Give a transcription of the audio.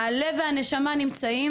הלב והנשמה נמצאים.